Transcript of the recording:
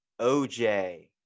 OJ